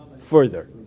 further